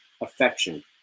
affection